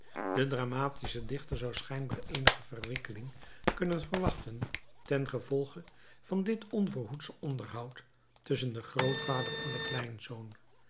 de dramatische dichter zou schijnbaar eenige verwikkeling kunnen verwachten ten gevolge van dit onverhoedsche onderhoud tusschen den grootvader en den kleinzoon